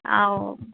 ஆ ஓ